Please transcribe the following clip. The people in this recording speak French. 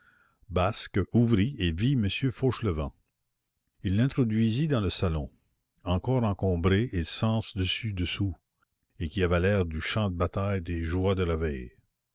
basque ouvrit et vit m fauchelevent il l'introduisit dans le salon encore encombré et sens dessus dessous et qui avait l'air du champ de bataille des joies de la veille